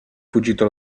fuggito